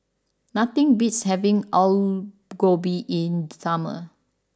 nothing beats having Alu Gobi in the summer